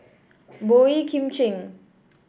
Boey Kim Cheng